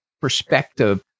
perspective